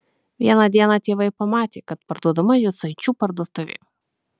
vieną dieną tėvai pamatė kad parduodama jucaičių parduotuvė